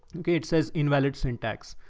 okay. it says invalid syntax.